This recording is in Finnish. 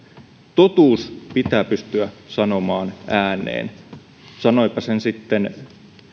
totuus pitää pystyä sanomaan ääneen sanoipa sen sitten